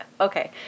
Okay